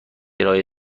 ارائه